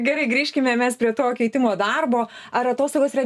gerai grįžkime mes prie to keitimo darbo ar atostogos yra